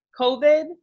covid